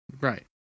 Right